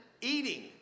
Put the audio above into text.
eating